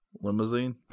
Limousine